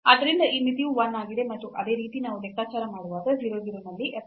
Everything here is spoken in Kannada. ಆದ್ದರಿಂದ ಈ ಮಿತಿಯು 1 ಆಗಿದೆ ಮತ್ತು ಅದೇ ರೀತಿ ನಾವು ಲೆಕ್ಕಾಚಾರ ಮಾಡುವಾಗ 0 0 ನಲ್ಲಿ f y